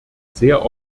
sehr